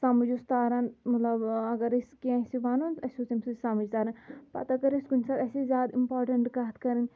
سمٕجھ اوس تاران مطلب اگر أسۍ کینٛہہ آسہِ وَنُن اَسہِ اوس تَمہِ سۭتۍ سمٕجھ تاران پَتہٕ اگر أسۍ کُنہِ ساتہٕ آسہِ ہے زیادٕ اِمپاٹَنٹ کَتھ کَرٕنۍ